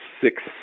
six